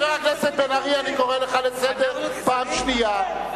חבר הכנסת בן-ארי, אני קורא לך לסדר פעם שנייה.